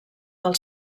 del